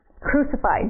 Crucified